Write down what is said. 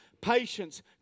patience